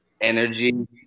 energy